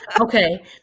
Okay